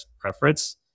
preference